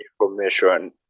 information